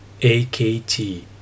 AKT